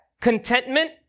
contentment